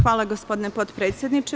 Hvala gospodine potpredsedniče.